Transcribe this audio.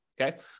okay